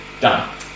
Done